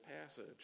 passage